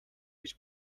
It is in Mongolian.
гэж